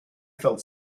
felt